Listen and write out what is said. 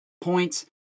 points